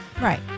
Right